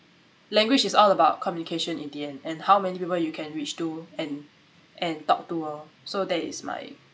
language is all about communication in the end and how many people you can reach to and and talk to lor so that is like